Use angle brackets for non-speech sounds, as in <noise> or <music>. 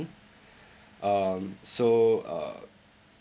<breath> um so uh